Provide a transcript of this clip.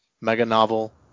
mega-novel